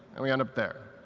and we end up there.